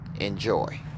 Enjoy